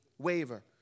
Waver